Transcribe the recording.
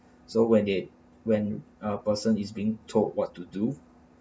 so when they when a person is being told what to do